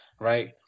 right